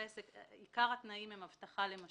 עיקר התנאים הם אבטחה למשל.